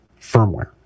firmware